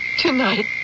tonight